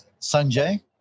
Sanjay